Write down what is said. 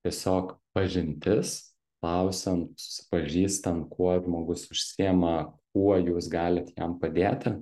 tiesiog pažintis klausiam susipažįstam kuo žmogus užsiema kuo jūs galit jam padėti